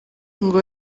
ngo